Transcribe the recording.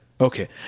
Okay